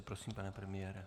Prosím, pane premiére.